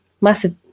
massive